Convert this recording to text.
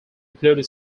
include